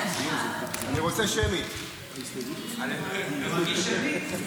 בבקשה, עכשיו.